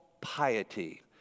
piety